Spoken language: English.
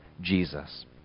Jesus